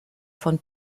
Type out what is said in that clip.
von